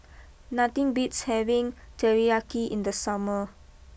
nothing beats having Teriyaki in the summer